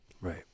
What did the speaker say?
Right